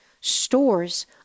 stores